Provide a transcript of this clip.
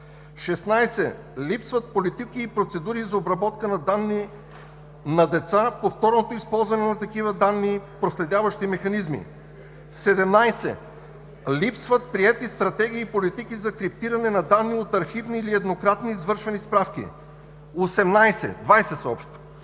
16. Липсват политики и процедури за обработка на данни на деца, повторното използване на такива данни, проследяващи механизми. 17. Липсват приети стратегии и политики за криптиране на данни от архивни или еднократно извършвани справки. 18. Нарушен